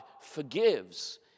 forgives